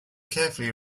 carefully